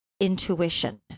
intuition